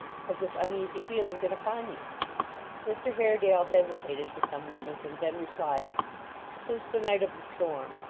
has this uneasy feeling been upon you mr haredale hesitated for some moments, and then replied since the night of the storm.